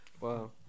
Wow